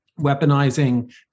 weaponizing